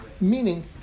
meaning